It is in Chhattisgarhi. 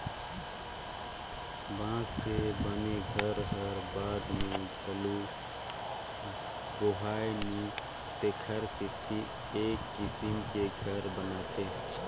बांस के बने घर हर बाद मे हालू बोहाय नई तेखर सेथी ए किसम के घर बनाथे